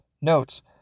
notes